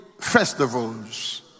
festivals